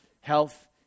health